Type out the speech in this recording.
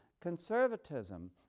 conservatism